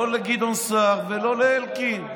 לא לגדעון סער ולא לאלקין.